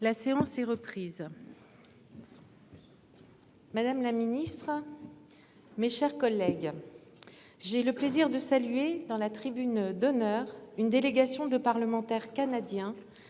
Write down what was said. La séance est reprise. Madame la Ministre. Mes chers collègues. J'ai le plaisir de saluer dans la tribune d'honneur, une délégation de parlementaires canadiens